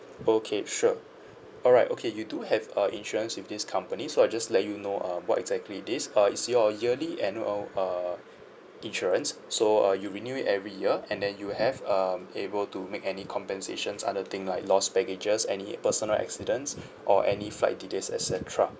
okay sure alright okay you do have a insurance with this company so I just let you know um what exactly this err it's your yearly annual uh insurance so uh you renew it every year and then you have um able to make any compensations other thing like lost baggages any personal accidents or any flight delays et cetera